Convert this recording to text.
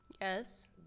Yes